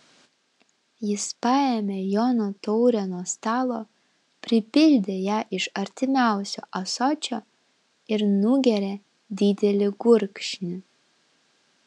jis paėmė jono taurę nuo stalo pripildė ją iš artimiausio ąsočio ir nugėrė didelį gurkšnį